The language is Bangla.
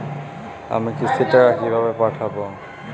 আমি কিস্তির টাকা কিভাবে পাঠাব?